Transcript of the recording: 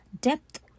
depth